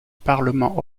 parlement